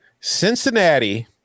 Cincinnati